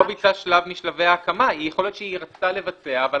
לא ביצעה שלב משלבי ההקמה".